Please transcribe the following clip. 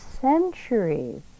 centuries